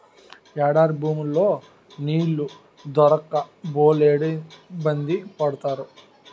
ఎడారి భూముల్లో నీళ్లు దొరక్క బోలెడిబ్బంది పడతారు